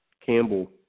Campbell